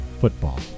Football